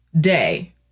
Day